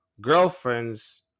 girlfriends